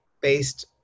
based